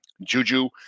Juju